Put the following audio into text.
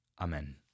Amen